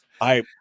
I-